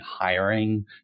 hiring